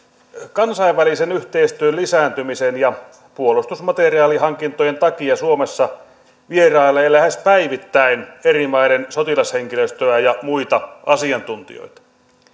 kansainvälisen yhteistyön lisääntymisen ja puolustusmateriaalihankintojen takia suomessa vierailee lähes päivittäin eri maiden sotilashenkilöstöä ja muita asiantuntijoita